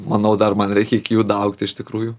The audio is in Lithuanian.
manau dar man reikia iki jų daaugti iš tikrųjų